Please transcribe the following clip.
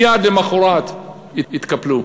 מייד למחרת התקפלו.